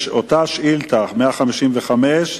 יש אותה שאילתא, שאילתא מס' 155,